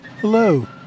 Hello